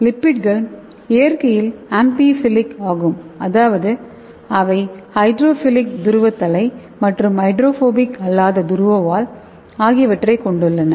லிப்பிட்கள் இயற்கையில் ஆம்பிஃபிஹிலிக் ஆகும் அதாவது அவை ஹைட்ரோஃபிலிக் துருவ தலை மற்றும் ஹைட்ரோபோபிக் அல்லாத துருவ வால் ஆகியவற்றைக் கொண்டுள்ளன